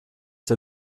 der